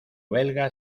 belga